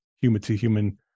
human-to-human